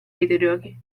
videogiochi